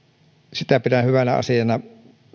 sitä pidän hyvänä asiana